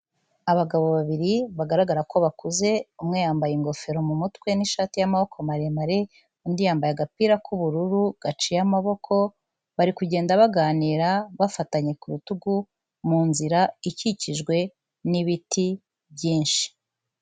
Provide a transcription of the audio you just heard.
Abagabo babiri bagaragara ko bakuze umwe yambaye ingofero mu mutwe n'ishati y'amaboko maremare, undi yambaye agapira k'ubururu gaciye amaboko, bari kugenda baganira bafatanye ku rutugu mu nzira ikikijwe n'ibiti byinshi.